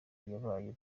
yabaye